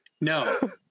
no